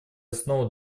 основу